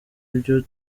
ibyo